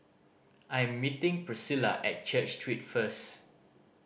I am meeting Priscila at Church Street first